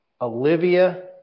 Olivia